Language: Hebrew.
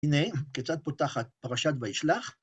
הנה, כיצד פותחת פרשת וישלח?